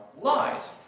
lies